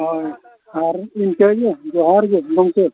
ᱦᱳᱭ ᱟᱨ ᱤᱱᱠᱟᱹᱜᱮ ᱡᱚᱦᱟᱨ ᱜᱮ ᱜᱚᱢᱠᱮ